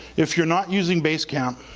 if you're not using basecamp,